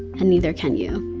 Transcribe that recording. and neither can you